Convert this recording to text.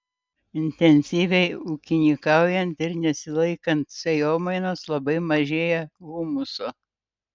intensyviai ūkininkaujant ir nesilaikant sėjomainos labai mažėja humuso